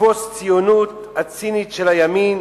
הפוסט-ציונות הצינית של הימין